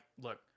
look